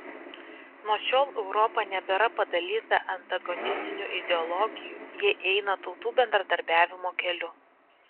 nuo šiol europa nebėra padalyta antagonistinių ideologijų ji eina tautų bendradarbiavimo keliu